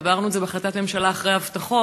העברנו את זה בהחלטת ממשלה אחרי הבטחות,